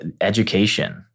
education